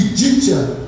Egyptian